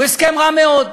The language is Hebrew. הוא הסכם רע מאוד.